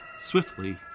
swiftly